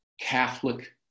Catholic